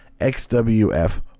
XWF